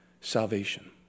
salvation